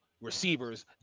receivers